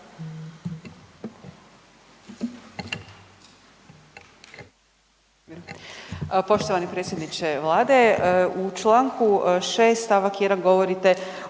Poštovani predsjedniče Vlade, u čl. 6. st. 1 govorite